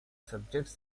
subjects